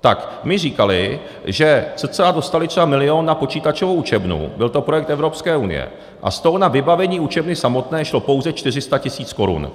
tak mi říkali, že cca dostali třeba milion na počítačovou učebnu, byl to projekt Evropské unie, a z toho na vybavení učebny samotné šlo pouze 400 tis. korun.